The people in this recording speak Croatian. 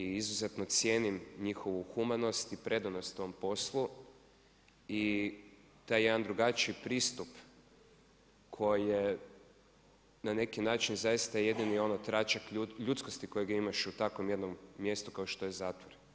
I izuzetno cijenim njihovu humanost i predanost tom poslu i ta jedan drugačiji pristup koji je na način zaista jedini tračak ljudskosti kojeg imaš u takvom jednom mjestu kao što je zatvor.